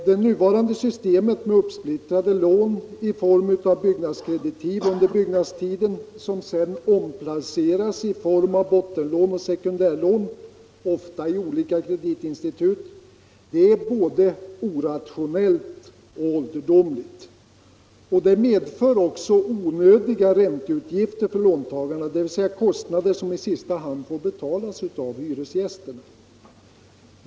Det nuvarande systemet med uppsplittrade lån i form av byggnadskreditiv under byggnadstiden, som sedan omplaceras i form av bottenlån och sekundärlån — ofta i olika kreditinstitut, är både orationellt och ålderdomligt. Det medför också onödiga ränteutgifter för låntagarna, dvs. kostnader som i sista hand får betalas av hyresgästerna.